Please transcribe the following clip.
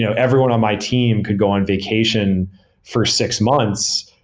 you know everyone on my team could go on vacation for six months,